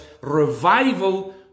revival